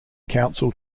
council